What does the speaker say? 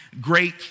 great